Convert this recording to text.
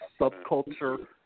subculture